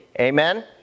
Amen